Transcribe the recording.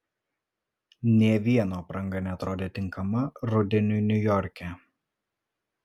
nė vieno apranga neatrodė tinkama rudeniui niujorke